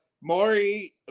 Maury